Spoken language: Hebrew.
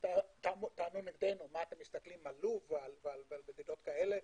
טענו נגדנו: מה אתם מסתכלים על לוב ועל מדינות כאלה?